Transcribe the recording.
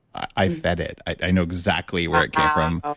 i fed it i know exactly where it came from. ah